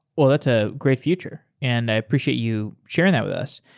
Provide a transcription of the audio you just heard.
well, that's ah great future, and i appreciate you sharing that with us.